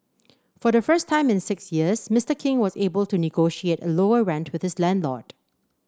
for the first time in six years Mister King was able to negotiate a lower rent with his landlord